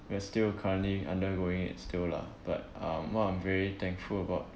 we are still currently undergoing it still lah but um what I'm very thankful about